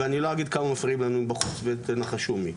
ואני לא אגיד כמה מפריעים לנו מבחוץ, ותנחשו מי.